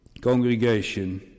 congregation